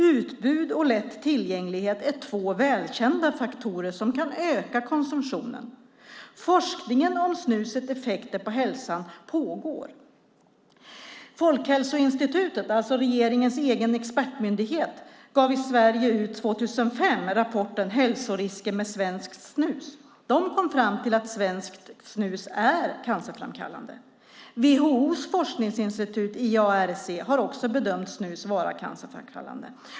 Utbud och lättillgänglighet är två välkända faktorer som kan öka konsumtionen. Forskningen om snusets effekter på hälsan pågår. Folkhälsoinstitutet, alltså regeringens egen expertmyndighet, gav 2005 ut rapporten Hälsorisker med svenskt snus . Den kom fram till att svenskt snus är cancerframkallande. WHO:s cancerforskningsinstitut IARC har också bedömt snus vara cancerframkallande.